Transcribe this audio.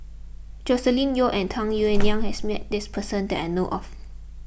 Joscelin Yeo and Tung Yue Nang has met this person that I know of